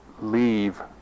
leave